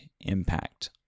impact